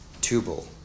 Tubal